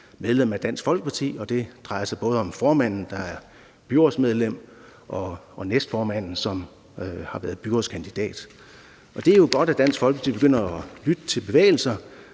medlem af Dansk Folkeparti, og det drejer sig både om formanden, der er byrådsmedlem, og næstformanden, som har været byrådskandidat. Det er godt, at Dansk Folkeparti begynder at lytte til bevægelser.